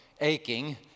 aching